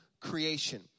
creation